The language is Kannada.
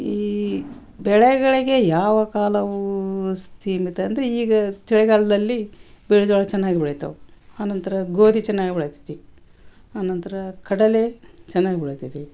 ಈ ಬೆಳೆಗಳಿಗೆ ಯಾವ ಕಾಲವು ಸೀಮಿತ ಅಂದರೆ ಈಗ ಚಳಿಗಾಲ್ದಲ್ಲಿ ಬಿಳಿ ಜೋಳ ಚೆನ್ನಾಗಿ ಬೆಳಿತವೆ ಆನಂತರ ಗೋಧಿ ಚೆನ್ನಾಗಿ ಬೆಳಿತೇತಿ ಆನಂತರ ಕಡಲೆ ಚೆನ್ನಾಗಿ ಬೆಳಿತೇತಿ